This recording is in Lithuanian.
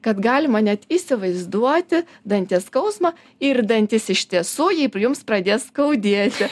kad galima net įsivaizduoti danties skausmą ir dantis iš tiesų jei prijums pradės skaudėti